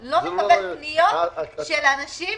שלא נקבל פניות של אנשים